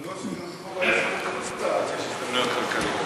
אף שגם בזה בחוץ-לארץ יש הזדמנויות כלכליות.